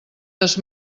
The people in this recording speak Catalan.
des